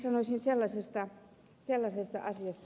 sitten sanoisin sellaisesta asiasta